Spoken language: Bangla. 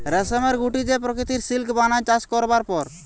রেশমের গুটি যে প্রকৃত সিল্ক বানায় চাষ করবার পর